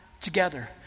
together